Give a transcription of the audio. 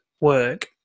work